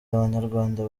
abanyarwanda